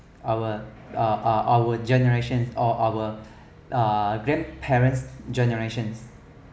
our uh our our generations or our uh grandparents' generation